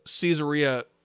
Caesarea